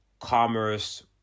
commerce